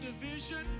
division